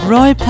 Roy